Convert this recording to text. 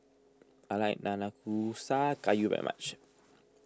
I like Nanakusa Gayu very much